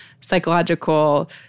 psychological